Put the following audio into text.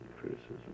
criticism